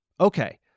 Okay